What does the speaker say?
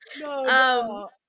No